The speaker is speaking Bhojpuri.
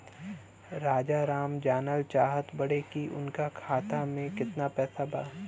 राजाराम जानल चाहत बड़े की उनका खाता में कितना पैसा बा?